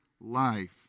life